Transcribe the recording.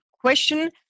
question